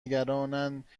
نگرانند